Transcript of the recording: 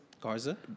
Garza